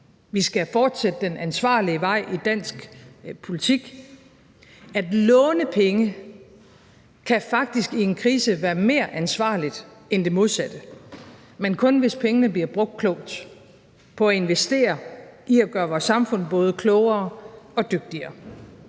Vi skal fortsætte den ansvarlige vej i dansk politik. At låne penge kan faktisk i en krise være mere ansvarligt end det modsatte, men kun hvis pengene bliver brugt klogt på at investere i at gøre vores samfund både klogere og dygtigere.